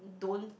don't